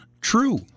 true